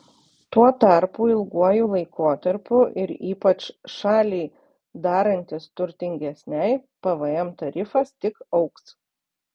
tuo tarpu ilguoju laikotarpiu ir ypač šaliai darantis turtingesnei pvm tarifas tik augs